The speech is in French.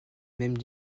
mêmes